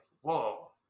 whoa